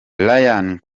ryan